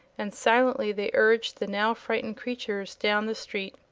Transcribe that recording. and silently they urged the now frightened creatures down the street.